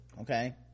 okay